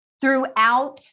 throughout